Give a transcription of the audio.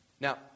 Now